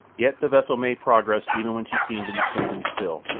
yet the vessel made progress even when she seemed to be standing still,